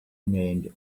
remained